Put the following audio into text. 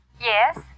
Yes